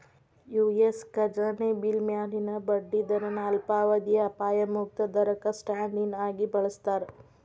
US ಖಜಾನೆ bill ಮ್ಯಾಲಿನ ಬಡ್ಡಿ ದರನ ಅಲ್ಪಾವಧಿಯ ಅಪಾಯ ಮುಕ್ತ ದರಕ್ಕ ಸ್ಟ್ಯಾಂಡ್ ಇನ್ ಆಗಿ ಬಳಸ್ತಾರ